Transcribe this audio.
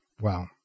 Wow